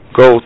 go